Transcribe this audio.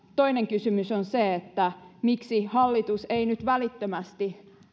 toinen kysymys on se miksi hallitus ei nyt välittömästi